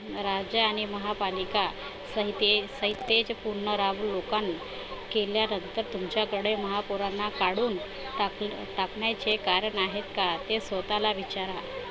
राज्य आणि महापालिका संहिते संहितेचे पुनरावलोकन केल्यानंतर तुमच्याकडे महापौरांना काढून टाक टाकण्याचे कारण आहेत का ते स्वतःला विचारा